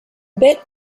bit